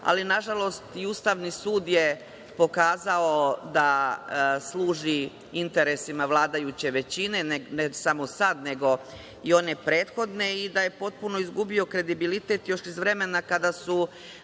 ali nažalost, i Ustavni sud je pokazao da služi interesima vladajuće većine, ne samo sad, nego i one prethodne, i da je potpuno izgubio kredibilitet još iz vremena kada su